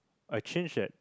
I change at